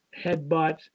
headbutt